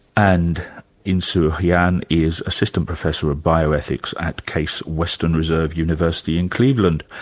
and insoo hyan is assistant professor of bioethics at case western reserve university in cleveland,